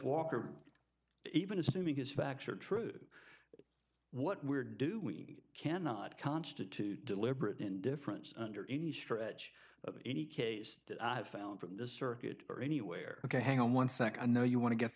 walker even assuming his facts are true what we're doing cannot constitute deliberate indifference under any stretch of any case found from the circuit or anywhere ok hang on one second know you want to get